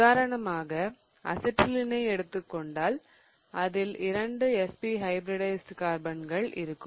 உதாரணமாக அசிட்டிலீனை எடுத்து எடுத்துக்கொண்டால் அதில் இரண்டு sp ஹைபிரிடைஸிட் கார்பன்கள் இருக்கும்